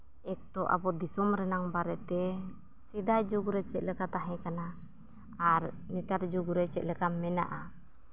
ᱮᱠ ᱛᱚ ᱟᱵᱚ ᱫᱤᱥᱚᱢ ᱨᱮᱱᱟᱜ ᱵᱟᱨᱮᱛᱮ ᱥᱮᱫᱟᱭ ᱡᱩᱜᱽ ᱨᱮ ᱪᱮᱫᱞᱮᱠᱟ ᱛᱟᱦᱮᱸᱠᱟᱱᱟ ᱟᱨ ᱱᱮᱛᱟᱨ ᱡᱩᱜᱽ ᱨᱮ ᱪᱮᱫᱞᱮᱠᱟ ᱢᱮᱱᱟᱜᱼᱟ